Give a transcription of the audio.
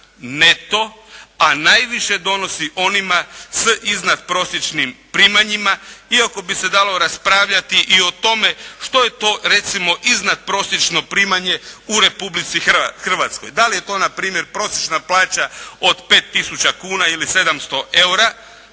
neto, a najviše donosi onima s iznad prosječnim primanjima iako bi se dalo raspravljati i o tome što je to, recimo iznad prosječno primanje u Republici Hrvatskoj. Da li je to na primjer prosječna plaća od 5 tisuća kuna ili 700 eura,